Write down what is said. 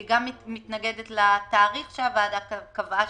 היא גם מתנגדת לתאריך שהוועדה קבעה,